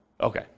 Okay